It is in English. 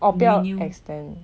不要 extend